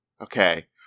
Okay